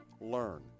learn